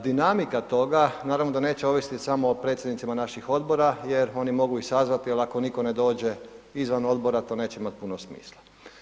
Dinamika toga naravno da neće ovisiti samo o predsjednicima naših odbora jer oni mogu i sazvati, ali ako nitko ne dođe izvan odbora, to neće imati puno smisla.